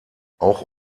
auch